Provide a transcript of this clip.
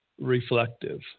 reflective